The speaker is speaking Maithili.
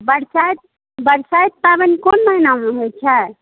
बरसाइत बरसाइत पाबनि कोन महिनामे होइत छै